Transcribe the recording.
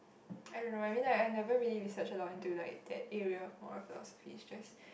I don't know I mean I I never really research a lot into like that area of moral philosophy it's just